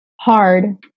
hard